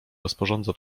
rozporządza